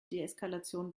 deeskalation